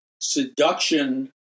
seduction